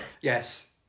Yes